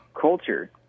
culture